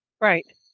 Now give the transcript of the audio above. Right